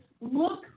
look